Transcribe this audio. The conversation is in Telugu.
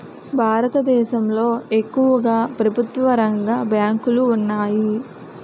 భారతదేశంలో ఎక్కువుగా ప్రభుత్వరంగ బ్యాంకులు ఉన్నాయి